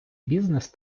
бізнес